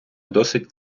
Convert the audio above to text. досить